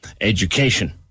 education